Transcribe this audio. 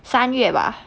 三月吧